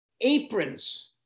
aprons